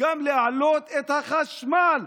גם להעלות את החשמל,